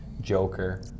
Joker